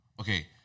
okay